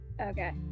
Okay